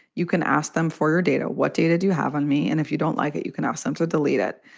you can ask them for your data. what data do you have on me? and if you don't like it, you can ask them to delete it.